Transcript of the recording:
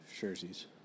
Jerseys